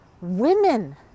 women